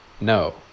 No